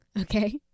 Okay